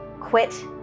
quit